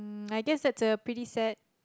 I guess that's a pretty sad